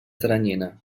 teranyina